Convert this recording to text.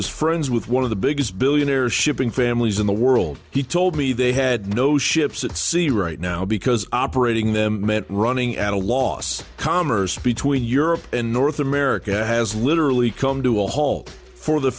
who is friends with one of the biggest billionaires shipping families in the world he told me they had those ships at sea right now because operating them running at a loss commerce between europe and north america has literally come to a halt for the